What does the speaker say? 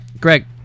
Greg